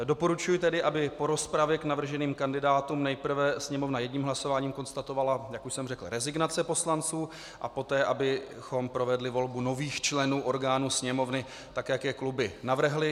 Doporučuji tedy, aby po rozpravě k navrženým kandidátům nejprve Sněmovna jedním hlasováním konstatovala, jak už jsem řekl, rezignace poslanců a poté abychom provedli volbu nových členů orgánů Sněmovny, tak jak je kluby navrhly.